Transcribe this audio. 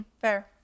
fair